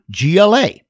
GLA